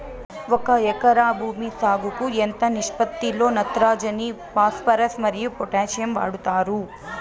ఒక ఎకరా భూమి సాగుకు ఎంత నిష్పత్తి లో నత్రజని ఫాస్పరస్ మరియు పొటాషియం వాడుతారు